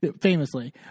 Famously